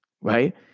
Right